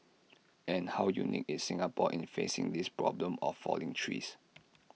and how unique is Singapore in facing this problem of falling trees